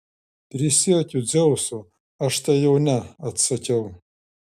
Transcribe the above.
prisiekiu dzeusu aš tai jau ne atsakiau